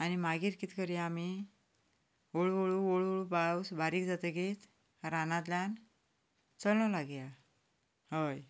आनी मागीर कितें करया आमी हळू हळू हळू हळू पावस बारीक जातकच रानांतल्यान चलूंक लागया हय